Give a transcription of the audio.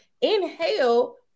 Inhale